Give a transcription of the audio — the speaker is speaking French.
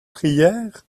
prières